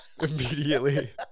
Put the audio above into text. Immediately